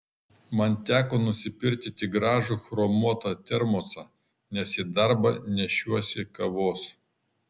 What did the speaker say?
man teko nusipirkti tik gražų chromuotą termosą nes į darbą nešiuosi kavos